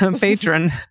patron